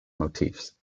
motifs